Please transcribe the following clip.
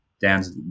Dan's